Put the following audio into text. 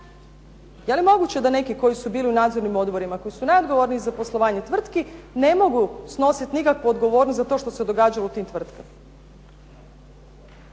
Je li moguće da su neki koji su bili u nadzornim odborima, koji su najodgovorniji za poslovanje tvrtki, ne mogu snositi nikakvu odgovornost za to što se događalo u tim tvrtkama?